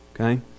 okay